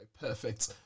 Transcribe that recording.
perfect